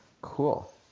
Cool